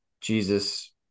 Jesus